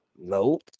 Nope